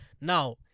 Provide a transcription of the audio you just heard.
Now